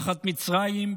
תחת מצרים,